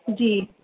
جی